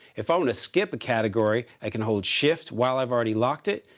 if i want to skip a category, i can hold shift while i've already locked it,